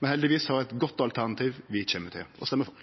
Heldigvis har vi eit godt alternativ vi kjem til å stemme for.